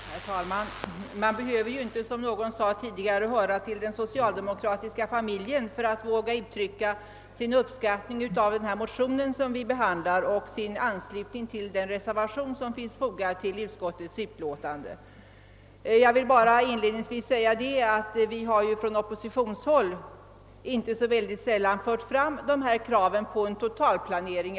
Herr talman! Man behöver inte, som någon sade tidigare, höra till den socialdemokratiska familjen för att våga uttrycka sin uppskattning av den motion som vi behandlar och uttala sin anslutning till den reservation som finns fogad till utskottets utlåtande. Jag vill inledningsvis säga att vi från oppositionshåll inte så sällan har fört fram krav på en totalplanering.